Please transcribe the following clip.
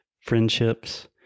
friendships